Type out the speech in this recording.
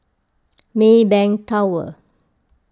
Maybank Tower